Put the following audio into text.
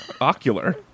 ocular